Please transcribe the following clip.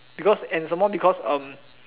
because and somemore because